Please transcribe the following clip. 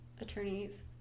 attorneys